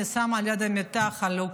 אני שמה ליד המיטה חלוק,